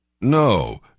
No